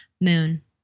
moon